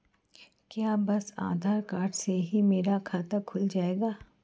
क्या बस आधार कार्ड से ही मेरा खाता खुल जाएगा?